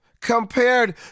compared